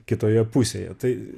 kitoje pusėje tai